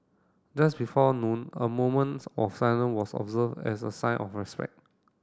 just before noon a moments of silence was observed as a sign of respect